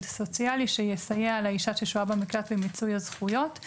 סוציאלי שיסייע לאישה ששוהה במקלט במיצוי הזכויות.